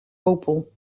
opel